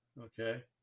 okay